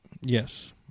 Yes